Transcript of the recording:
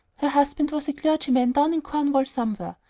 her husband was a clergyman down in cornwall somewhere.